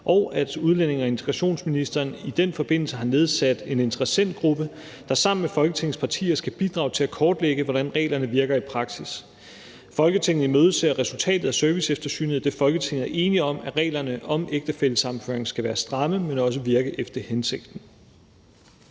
og at udlændinge- og integrationsministeren i den forbindelse har nedsat en interessentgruppe, der sammen med Folketingets partier skal bidrage til at kortlægge, hvordan reglerne virker i praksis. Folketinget imødeser resultatet af serviceeftersynet, idet Folketinget er enige om, at reglerne om ægtefællesammenføring skal være stramme, men også virke efter hensigten.«